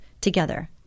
together